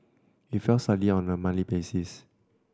it fell slightly on a monthly basis